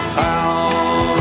town